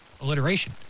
Alliteration